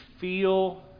feel